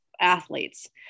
athletes